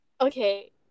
okay